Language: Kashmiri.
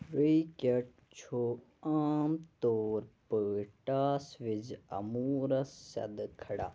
ویٖکٮ۪ٹ چھُ عام طور پٲٹھۍ ٹاس وِزِ عموٗرَس سٮ۪دٕ کھڑا